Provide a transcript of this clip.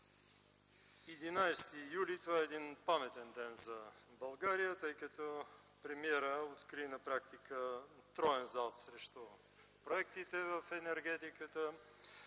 т.г. – това е един паметен ден за България, тъй като премиерът откри на практика троен залп срещу проектите в енергетиката.